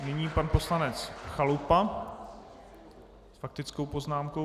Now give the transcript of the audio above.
Nyní pan poslanec Chalupa s faktickou poznámkou.